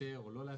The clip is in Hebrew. לאשר או לא לאשר,